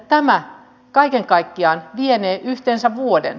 tämä kaiken kaikkiaan vienee yhteensä vuoden